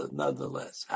nonetheless